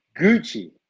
Gucci